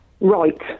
Right